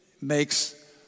makes